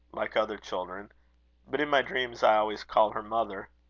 like other children but in my dreams i always call her mother.